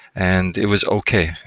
and it was okay.